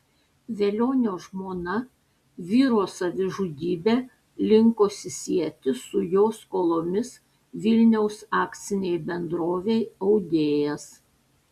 velionio žmona vyro savižudybę linkusi sieti su jo skolomis vilniaus akcinei bendrovei audėjas